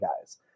guys